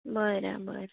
બરાબર